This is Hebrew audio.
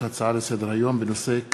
דיון בהצעתו לסדר-היום של חבר הכנסת מנחם אליעזר